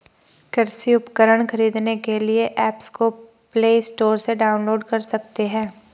कृषि उपकरण खरीदने के लिए एप्स को प्ले स्टोर से डाउनलोड कर सकते हैं